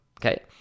Okay